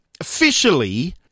officially